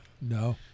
No